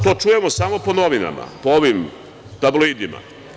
To čujemo samo po novinama, po ovim tabloidima.